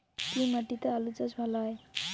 কি মাটিতে আলু চাষ ভালো হয়?